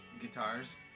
guitars